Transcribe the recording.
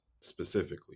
specifically